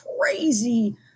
crazy